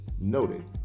noted